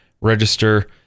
register